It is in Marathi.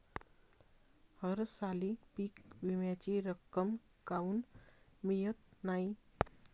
हरसाली पीक विम्याची रक्कम काऊन मियत नाई?